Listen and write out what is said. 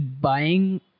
buying